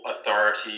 authority